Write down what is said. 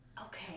Okay